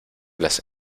las